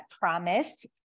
promised